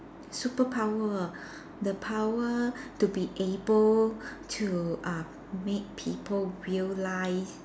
superpower the power to be able to uh make people realise